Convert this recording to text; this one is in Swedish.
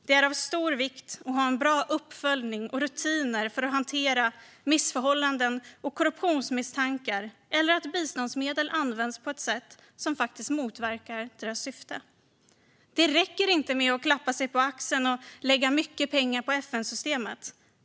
Det är av stor vikt att ha en bra uppföljning och rutiner för att hantera missförhållanden och korruptionsmisstankar eller för att se till att biståndsmedel inte används på ett sådant sätt att det motverkar syftet. Det räcker inte att klappa sig på axeln och lägga mycket pengar på FN-systemet.